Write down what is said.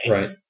Right